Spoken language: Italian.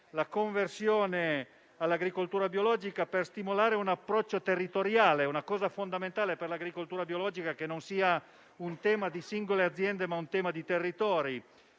la conversione all'agricoltura biologica e per stimolare un approccio territoriale. È fondamentale per l'agricoltura biologica che non sia un tema di singole aziende, ma un tema di territori.